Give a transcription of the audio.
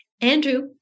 Andrew